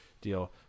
deal